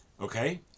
Okay